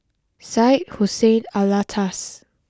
Syed Hussein Alatas